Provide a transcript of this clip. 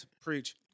preach